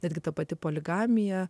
netgi ta pati poligamija